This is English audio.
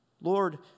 Lord